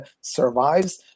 survives